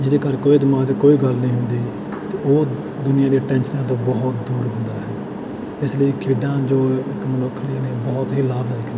ਜਿਹਦੇ ਕਰਕੇ ਉਹਦੇ ਦਿਮਾਗ 'ਚ ਕੋਈ ਗੱਲ ਨਹੀਂ ਹੁੰਦੀ ਅਤੇ ਉਹ ਦੁਨੀਆ ਦੀਆਂ ਟੈਨਸ਼ਨਾਂ ਤੋਂ ਬਹੁਤ ਦੂਰ ਹੁੰਦਾ ਹੈ ਇਸ ਲਈ ਖੇਡਾਂ ਜੋ ਇੱਕ ਮਨੁੱਖ ਲਈ ਨੇ ਬਹੁਤ ਹੀ ਲਾਭਦਾਇਕ ਨੇ